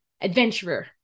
adventurer